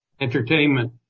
Entertainment